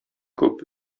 күп